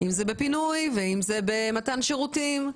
אם זה בפינוי ואם זה במתן שירותים.